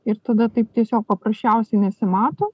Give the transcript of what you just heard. ir tada taip tiesiog paprasčiausiai nesimato